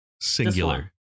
singular